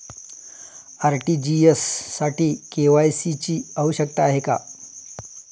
RTGS साठी KYC ची आवश्यकता आहे का?